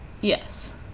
Yes